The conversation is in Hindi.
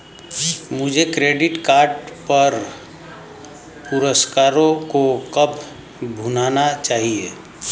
मुझे क्रेडिट कार्ड पर पुरस्कारों को कब भुनाना चाहिए?